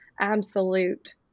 absolute